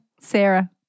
Sarah